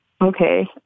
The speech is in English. Okay